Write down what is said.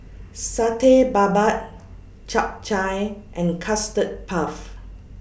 Satay Babat Chap Chai and Custard Puff